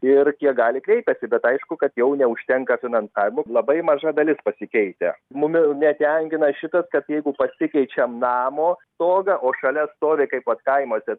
ir kiek gali kreipiasi bet aišku kad jau neužtenka finansavimo labai maža dalis pasikeitę mum jau netenkina šitas kad jeigu pasikeičiam namo stogą o šalia stovi kaip vat kaimuose